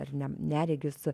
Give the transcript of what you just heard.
ar ne neregius